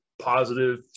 Positive